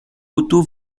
otto